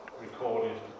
recorded